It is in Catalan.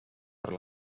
per